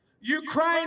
Ukraine